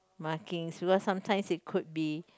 marking because sometimes it could be